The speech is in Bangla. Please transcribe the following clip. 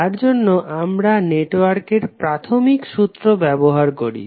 তার জন্য আমরা নেটওয়ার্কের প্রাথমিক সূত্র ব্যবহার করি